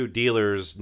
dealers